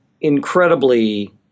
incredibly